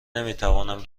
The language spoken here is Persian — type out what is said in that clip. نمیتوانم